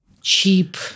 cheap